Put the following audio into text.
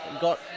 got